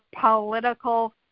political